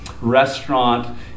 restaurant